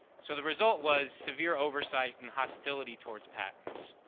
so, the result was severe oversight and hostility towards patents.